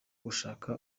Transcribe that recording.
gushaka